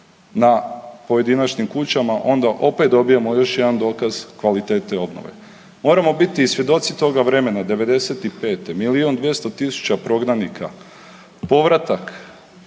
na pojedinačnim kućama onda opet dobivamo još jedan dokaz kvalitete obnove. Moramo biti i svjedoci toga vremena 95. milijun 200 tisuća prognanika, povratak,